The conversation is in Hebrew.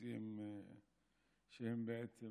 נושאים שהם בעצם